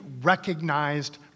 recognized